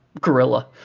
gorilla